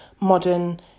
modern